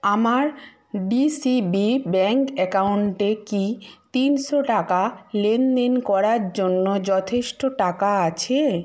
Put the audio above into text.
আমার D C B bank অ্যাকাউন্টে কি তিনশো টাকা লেনদেন করার জন্য যথেষ্ট টাকা আছে